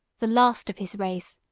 the last of his race,